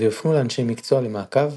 ויופנו לאנשי מקצוע למעקב,